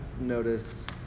notice